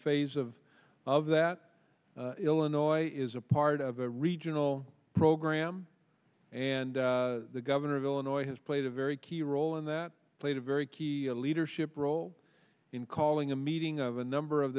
phase of of that illinois is a part of a regional program and the governor of illinois has played a very key role in that played a very key leadership role in calling a meeting of a number of